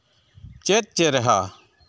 ᱪᱮᱫ ᱪᱮᱨᱦᱟ